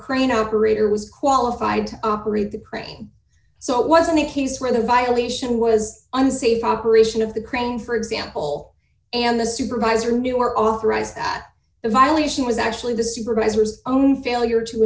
crane operator was qualified to operate the crane so it wasn't he's run a violation was unsafe operation of the crane for example and the supervisor knew or authorized that the violation was actually the supervisor's own failure to